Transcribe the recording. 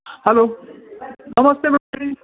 hello ನಮಸ್ತೇ